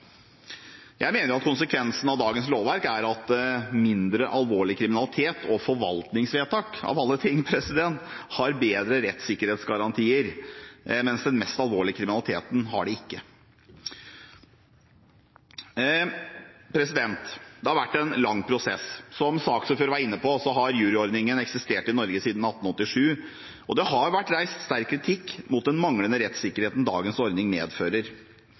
Jeg mener at konsekvensene av dagens lovverk er at mindre alvorlig kriminalitet og forvaltningsvedtak – av alle ting – har bedre rettssikkerhetsgarantier, mens den mest alvorlige kriminaliteten ikke har det. Det har vært en lang prosess. Som saksordføreren var inne på, har juryordningen eksistert i Norge siden 1887. Det har vært reist sterk kritikk mot den manglende rettssikkerheten dagens ordning medfører.